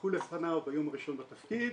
שהונחו בפניו ביום הראשון בתפקיד,